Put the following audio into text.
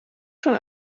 schon